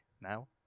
now